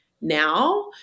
now